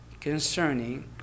concerning